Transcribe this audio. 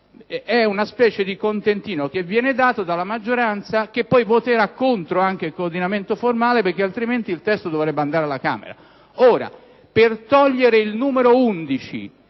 è una specie di contentino che viene dato dalla maggioranza, che poi voterà anche contro il coordinamento formale perché altrimenti il testo dovrebbe andare alla Camera. Per sopprimere il comma 11,